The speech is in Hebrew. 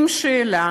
עם שאלה: